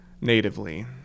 natively